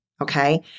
Okay